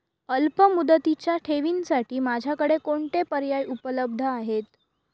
अल्पमुदतीच्या ठेवींसाठी माझ्याकडे कोणते पर्याय उपलब्ध आहेत?